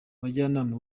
bajyanama